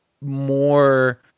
more